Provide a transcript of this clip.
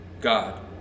God